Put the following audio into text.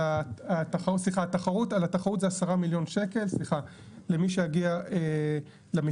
על התחרות זה 10 מיליון שקל למי שיגיע למפעלים,